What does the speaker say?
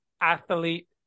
athlete